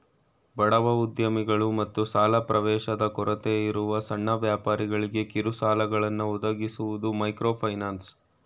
ಬಡವ ಉದ್ಯಮಿಗಳು ಮತ್ತು ಸಾಲ ಪ್ರವೇಶದ ಕೊರತೆಯಿರುವ ಸಣ್ಣ ವ್ಯಾಪಾರಿಗಳ್ಗೆ ಕಿರುಸಾಲಗಳನ್ನ ಒದಗಿಸುವುದು ಮೈಕ್ರೋಫೈನಾನ್ಸ್